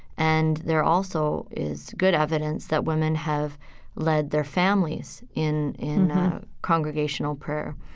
and there also is good evidence that women have led their families in in congregational prayer.